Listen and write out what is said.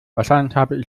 wahrscheinlich